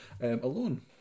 alone